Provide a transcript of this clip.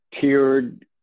tiered